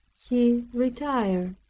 he retired.